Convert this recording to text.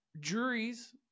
juries